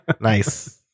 Nice